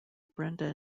brenda